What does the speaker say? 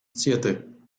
siete